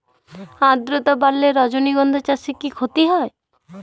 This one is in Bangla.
আদ্রর্তা বাড়লে রজনীগন্ধা চাষে কি ক্ষতি হয়?